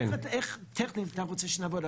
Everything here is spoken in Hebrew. איך טכנית אתה רוצה שנעבוד?